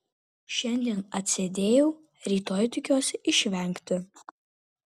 šiandien atsėdėjau rytoj tikiuosi išvengti